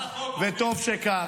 וטוב שכך.